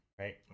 Right